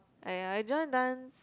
eh I join dance